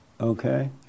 Okay